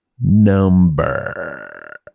number